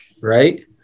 right